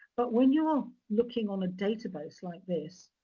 but, when you are looking on a database like this,